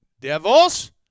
Devils